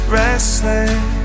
restless